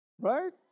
Right